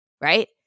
right